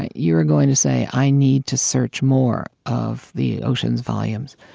you are going to say, i need to search more of the ocean's volumes.